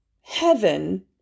heaven